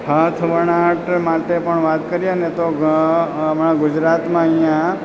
હાથ વણાટ માટે પણ વાત કરીએને તો ઘણાં હમણાં ગુજરાતમાં અહીં